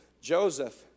Joseph